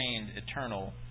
eternal